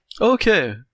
Okay